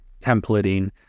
templating